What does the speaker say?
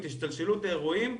את השתלשלות האירועים,